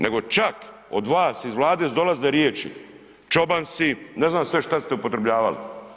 Nego čak od vas iz Vlade su dolazile riječi čoban si, ne znam sve šta ste upotrebljavali.